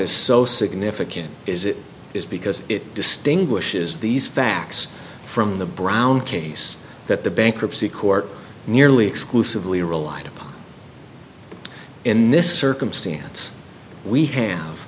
is so significant is it is because it distinguishes these facts from the brown case that the bankruptcy court merely exclusively relied upon in this circumstance we ha